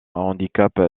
handicap